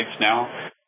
now